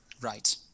Right